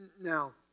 Now